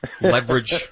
Leverage